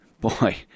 Boy